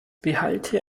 behalte